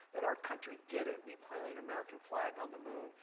that our country did it, we planted an american flag on the moon.